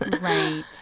Right